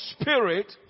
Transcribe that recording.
Spirit